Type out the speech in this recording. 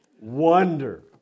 Wonder